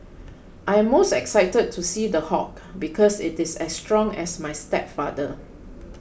I'm most excited to see The Hulk because it is as strong as my stepfather